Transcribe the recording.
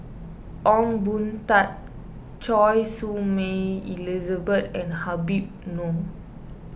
Ong Boon Tat Choy Su Moi Elizabeth and Habib Noh